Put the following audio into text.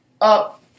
up